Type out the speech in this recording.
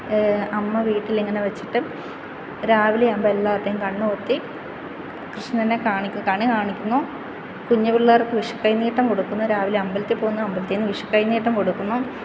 അമ്മ വീട്ടിൽ ഇങ്ങനെ വെച്ചിട്ട് രാവിലെ ആകുമ്പോൾ എല്ലാവരുടെയും കണ്ണുപൊത്തി കൃഷ്ണനെ കാണിക്കുന്നു കണി കാണിക്കുന്നു കുഞ്ഞു പിള്ളേർക്ക് വിഷു കൈനീട്ടം കൊടുക്കുന്നു രാവിലെ അമ്പലത്തിൽ പോകുന്ന അമ്പലത്തിൽ നിന്ന് വിഷുക്കൈനീട്ടം കൊടുക്കുന്നു